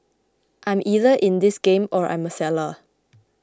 I'm either in this game or I'm a seller